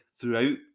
throughout